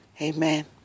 Amen